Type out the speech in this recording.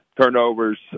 turnovers